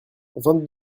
vingt